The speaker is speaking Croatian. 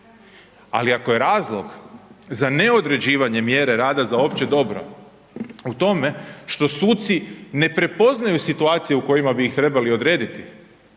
Ali ako je razlog za neodređivanje mjere rada za opće dobro u tome što suci ne prepoznaju situacije u kojima bi ih trebali odrediti,